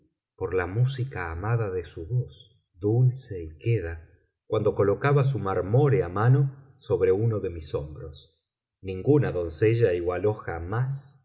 por la música amada de su voz dulce y queda cuando colocaba su marmórea mano sobre uno de mis hombros ninguna doncella igualó jamás